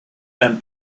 and